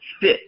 fit